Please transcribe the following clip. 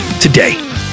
today